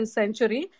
century